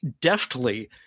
deftly